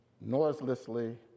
noiselessly